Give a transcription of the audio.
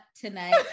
tonight